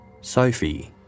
Sophie